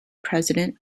president